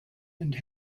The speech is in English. and